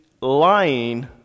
lying